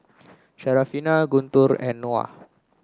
Syarafina Guntur and Noah